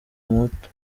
umuhutu